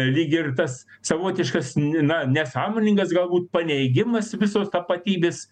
lyg ir tas savotiškas na nesąmoningas galbūt paneigimas visos tapatybės